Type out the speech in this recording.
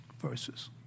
verses